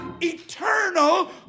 eternal